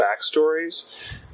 backstories